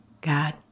God